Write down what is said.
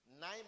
Nine